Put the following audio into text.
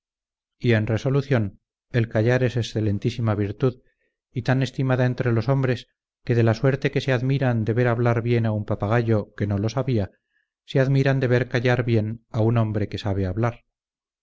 y en resolución el callar es excelentísima virtud y tan estimada entre los hombres que de la suerte que se admiran de ver hablar bien a un papagayo que no lo sabía se admiran de ver callar bien a un hombre que sabe hablar